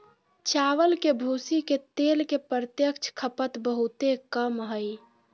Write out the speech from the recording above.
चावल के भूसी के तेल के प्रत्यक्ष खपत बहुते कम हइ